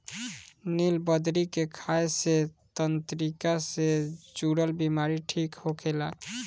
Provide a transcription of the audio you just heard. निलबदरी के खाए से तंत्रिका से जुड़ल बीमारी ठीक होखेला